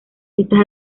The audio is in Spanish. estas